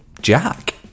Jack